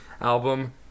album